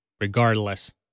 regardless